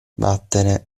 vattene